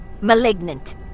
malignant